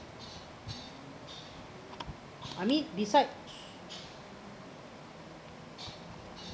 I mean beside